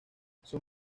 sus